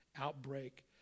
Outbreak